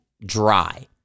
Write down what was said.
dry